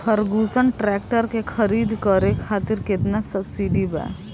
Ferguson tractor के खरीद करे खातिर केतना सब्सिडी बा?